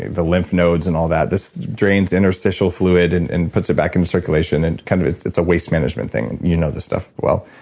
the lymph nodes and all that. this drains interstitial fluid and and puts it back into circulation, and kind of, it's it's a waste management thing. you know this stuff well